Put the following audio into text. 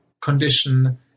condition